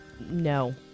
No